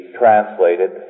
translated